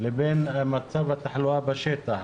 ובין מצב התחלואה בשטח.